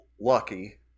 lucky